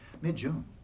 mid-June